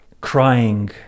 crying